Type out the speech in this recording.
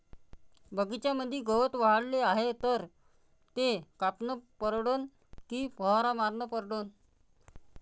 बगीच्यामंदी गवत वाढले हाये तर ते कापनं परवडन की फवारा मारनं परवडन?